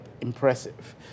impressive